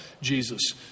Jesus